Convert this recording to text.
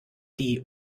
die